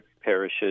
parishes